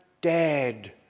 dead